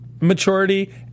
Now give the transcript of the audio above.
maturity